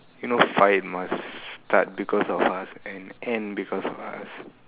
you know fight must start because of us and end because of us